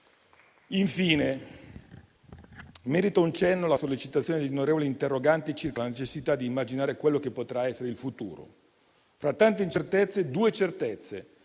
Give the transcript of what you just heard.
Infine, merita un cenno la sollecitazione degli onorevole interroganti circa la necessità di immaginare quello che potrà essere il futuro. Fra tante incertezze, vi sono due certezze: